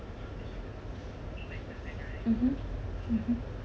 mmhmm mmhmm